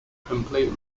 completely